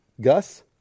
Gus